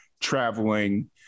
traveling